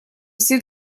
все